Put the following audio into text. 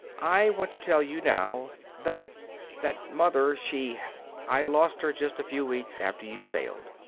i want to tell you now that that mother she i lost her just a few weeks after you sailed.